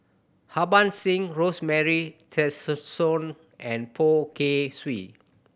Harbans Singh Rosemary Tessensohn and Poh Kay Swee